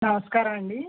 నమస్కారం అండి